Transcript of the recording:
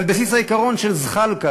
על בסיס העיקרון של זחאלקה,